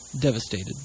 devastated